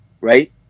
right